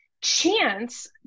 chance